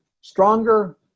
stronger